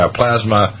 plasma